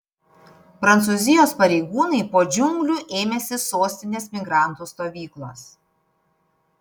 prancūzijos pareigūnai po džiunglių ėmėsi sostinės migrantų stovyklos